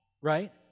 right